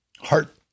heart